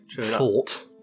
Thought